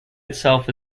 itself